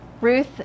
Ruth